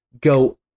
go